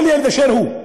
כל ילד באשר הוא.